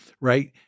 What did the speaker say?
right